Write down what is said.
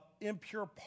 impure